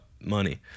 money